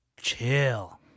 chill